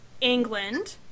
England